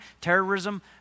terrorism